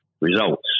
results